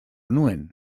nuen